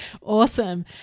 awesome